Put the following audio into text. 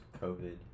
covid